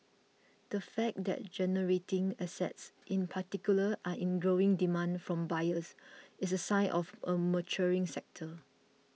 the fact that generating assets in particular are in growing demand from buyers is a sign of a maturing sector